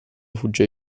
fugge